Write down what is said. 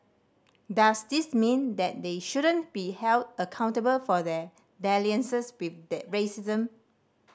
does this mean that they shouldn't be held accountable for their dalliances with the racism